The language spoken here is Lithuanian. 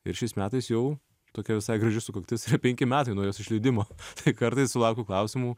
ir šiais metais jau tokia visai graži sukaktis yra penki metai nuo jos išleidimo tai kartais sulaukiu klausimų